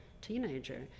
teenager